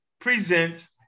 presents